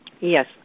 Yes